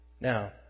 Now